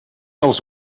els